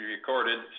recorded